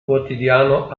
quotidiano